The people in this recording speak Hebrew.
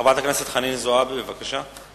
חברת הכנסת חנין זועבי, בבקשה.